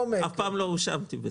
אף פעם לא הואשמתי בזה.